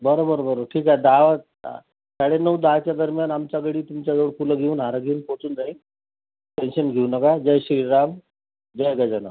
बरोबर बरो ठीक आहे दहा वाजता साडे नऊ दहाच्या दरम्यान आमचा गडी तुमच्याजवळ फुलं घेऊन हार घेऊन पोचून जाईल टेन्शन घेऊ नका जय श्रीराम जय गजानन